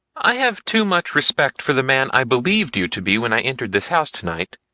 i have too much respect for the man i believed you to be when i entered this house to-night,